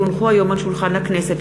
כי הונחו היום על שולחן הכנסת,